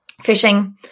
fishing